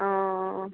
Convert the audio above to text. অঁ অঁ অঁ